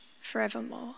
forevermore